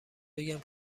بگم